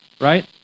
right